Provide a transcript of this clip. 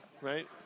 right